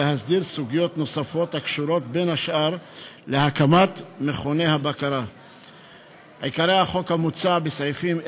הרווחה והבריאות להכנה לקריאה שנייה